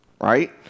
right